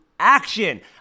action